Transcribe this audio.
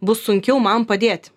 bus sunkiau man padėti